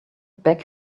back